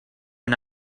and